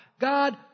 God